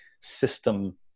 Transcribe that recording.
system